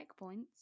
checkpoints